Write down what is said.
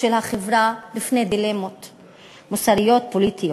של החברה בפני דילמות מוסריות, פוליטיות.